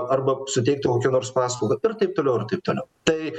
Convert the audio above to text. arba suteiktų kokią nors paslaugą ir taip toliau ir taip toliau tai